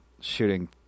shooting